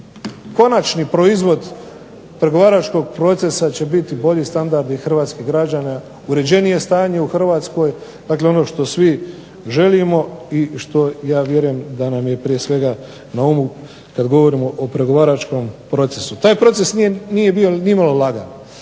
konačni proizvod pregovaračkog procesa će biti bolji standardi hrvatskih građana, uređenije stanje u HRvatskoj, dakle ono što svi želimo i ja vjerujem da nam je prije svega na umu kada govorimo o pregovaračkom procesu. Taj proces nije bio nimalo lagan.